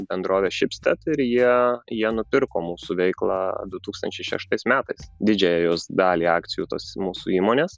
bendrove šipstat ir jie jie nupirko mūsų veiklą du tūkstančiai šeštais metais didžiąją jos dalį akcijų tos mūsų įmonės